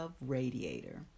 radiator